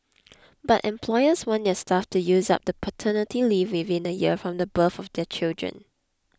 but employers want their staff to use up the paternity leave within a year from the birth of their children